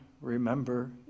remember